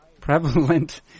prevalent